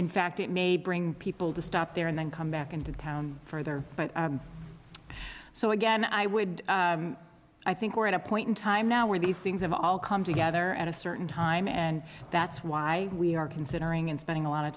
in fact it may bring people to stop there and then come back into town further but so again i would i think we're at a point in time now where these things have all come together at a certain time and that's why we are considering and spending a lot